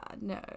no